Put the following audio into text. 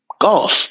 Golf